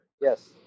Yes